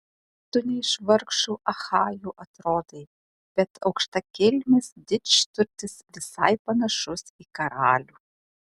tu ne iš vargšų achajų atrodai bet aukštakilmis didžturtis visai panašus į karalių